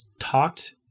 talked